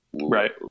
Right